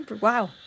Wow